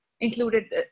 included